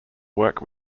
work